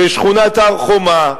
ששכונת הר-חומה,